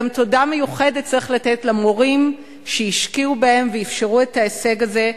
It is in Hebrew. גם תודה מיוחדת צריך לתת למורים שהשקיעו בהם ואפשרו את ההישג הזה,